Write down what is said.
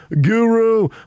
guru